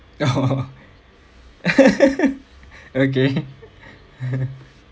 okay